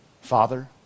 Father